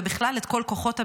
ובכלל את כל כוחות הביטחון,